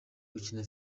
gukina